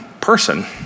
person